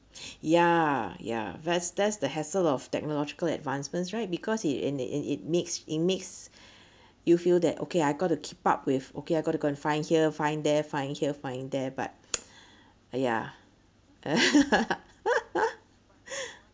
ya ya that's that's the hassle of technological advancements right because it in it in it makes it makes you feel that okay I got to keep up with okay I got to go find here find there find here find there but ya